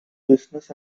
business